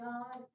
God